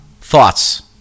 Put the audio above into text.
Thoughts